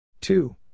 Two